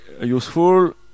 useful